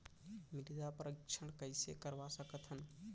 मृदा परीक्षण कइसे करवा सकत हन?